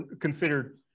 considered